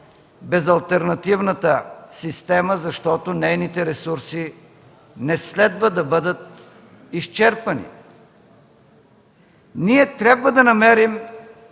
безалтернативната система, защото нейните ресурси не следва да бъдат изчерпвани. Ние трябва да намерим